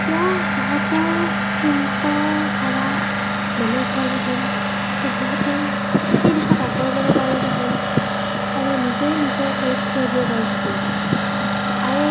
তেতিয়া সিহঁতৰ চিন্তা ধাৰা বেলেগ হ'লহেঁতেন তে সিহঁতে সেই দিশত আগুৱাই যাব পাৰিলেহেঁতেন আৰু নিজেই নিজৰ ভৰিত থিয় দিব পাৰিলেহেঁতেন